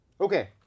Okay